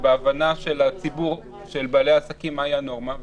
ובהבנה של הציבור ובעלי העסקים מהי הנורמה.